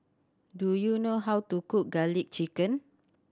do you know how to cook Garlic Chicken